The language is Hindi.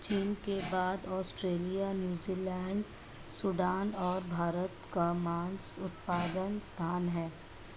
चीन के बाद ऑस्ट्रेलिया, न्यूजीलैंड, सूडान और भारत का मांस उत्पादन स्थान है